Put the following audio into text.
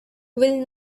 will